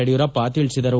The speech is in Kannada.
ಯಡಿಯೂರಪ್ಪ ತಿಳಿಸಿದರು